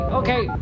okay